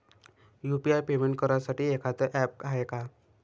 UPI payment करासाठी एखांद app हाय का?